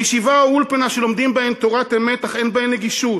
מישיבה או אולפנה שלומדים בהן תורת אמת אך אין בהן נגישות,